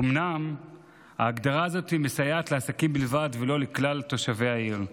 אומנם ההגדרה הזאת מסייעת לעסקים בלבד ולא לכלל תושבי העיר.